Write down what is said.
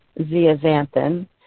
zeaxanthin